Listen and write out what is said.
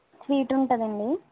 sweet ఉంటుందండి